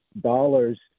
dollars